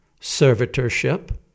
servitorship